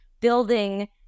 building